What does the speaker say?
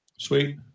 Sweet